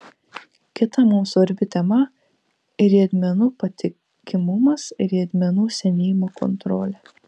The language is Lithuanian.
kita mums svarbi tema riedmenų patikimumas riedmenų senėjimo kontrolė